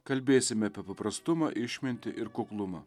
kalbėsime apie paprastumą išmintį ir kuklumą